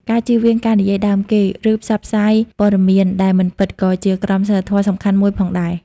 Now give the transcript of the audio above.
ការជៀសវាងការនិយាយដើមគេ ឬផ្សព្វផ្សាយព័ត៌មានដែលមិនពិត ក៏ជាក្រមសីលធម៌សំខាន់មួយផងដែរ។